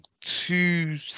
two